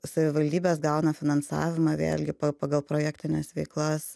savivaldybės gauna finansavimą vėlgi pagal projektines veiklas